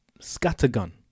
scattergun